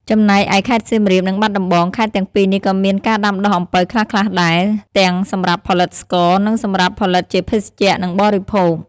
ចំណែកឯខេត្តសៀមរាប និងបាត់ដំបង ខេត្តទាំងពីរនេះក៏មានការដាំដុះអំពៅខ្លះៗដែរ ទាំងសម្រាប់ផលិតស្ករ និងសម្រាប់ផលិតជាភេសជ្ជៈ និងបរិភោគ។